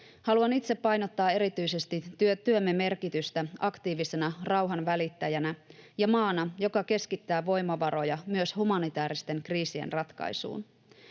Haluan itse painottaa erityisesti työmme merkitystä aktiivisena rauhanvälittäjänä ja maana, joka keskittää voimavaroja myös humanitääristen kriisien ratkaisuun.